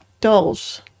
dolls